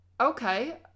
okay